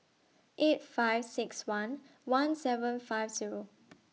eight five six one one seven five Zero